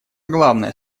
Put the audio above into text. главное